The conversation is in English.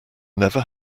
never